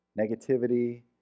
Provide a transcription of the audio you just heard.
negativity